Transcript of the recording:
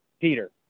Peter